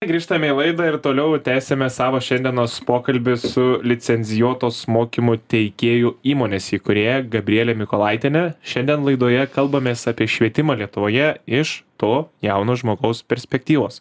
grįžtame į laidą ir toliau tęsiame savo šiandienos pokalbį su licencijuotos mokymų teikėjų įmonės įkūrėja gabriele mikolaitiene šiandien laidoje kalbamės apie švietimą lietuvoje iš to jauno žmogaus perspektyvos